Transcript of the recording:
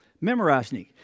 Memorizing